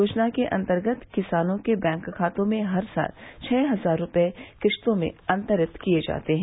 योजना के अंतर्गत किसानों के बैंक खातों में हर साल छः हजार रुपये किस्तों में अंतरित किए जाते हैं